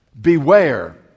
Beware